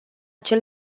cel